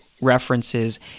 references